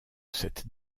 cette